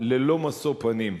ללא משוא פנים.